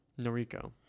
Noriko